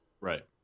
Right